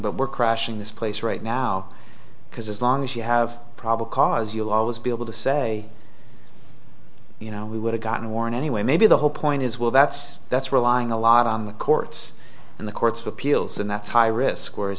but we're crashing this place right now because as long as you have probable cause you'll always be able to say you know we would have gotten worn anyway maybe the whole point is well that's that's relying a lot on the courts and the courts of appeals and that's high risk whereas